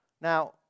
Now